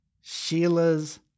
Sheila's